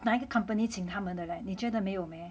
哪一个 company 请他们的 leh 你觉得没有咩